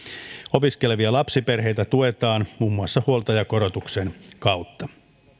opiskelevia lapsiperheitä tuetaan muun muassa huoltajakorotuksen kautta